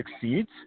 succeeds